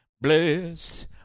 blessed